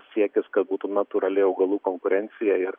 siekis kad būtų natūrali augalų konkurencija ir